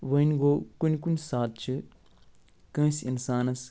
وٕنۍ گوٚو کُنہِ کُنہِ سات چھِ کٲنٛسہِ اِنسانس